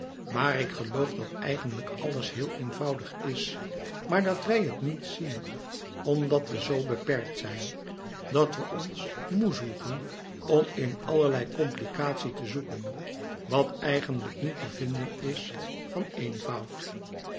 maar ik geloof dat eigenlijk àlles heel eenvoudig is maar dat wij het niet zien omdat we z beperkt zijn dat we ons moê zwoegen om in allerlei complicatie te zoeken wat eigenlijk niet te vinden is van eenvoud